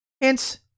Hence